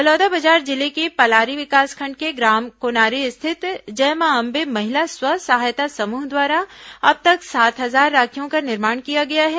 बलौदाबाजार जिले के पलारी विकासखंड के ग्राम कोनारी स्थित जय मां अम्बे महिला स्व सहायता समूह द्वारा अब तक सात हजार राखियों का निर्माण किया गया है